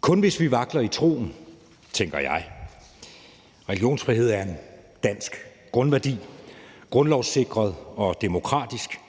kun, hvis vi vakler i troen, tænker jeg. Religionsfrihed er en dansk grundværdi, grundlovssikret og demokratisk,